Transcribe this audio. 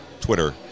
twitter